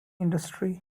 industry